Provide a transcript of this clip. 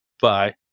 bye